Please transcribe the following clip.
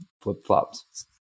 flip-flops